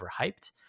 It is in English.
overhyped